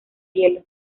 hielo